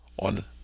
On